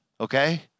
okay